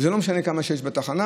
ולא משנה כמה יש בתחנה,